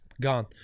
gone